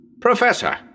Professor